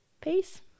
peace